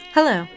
Hello